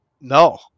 No